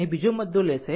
અહીં બીજો મુદ્દો લેશે